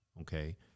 okay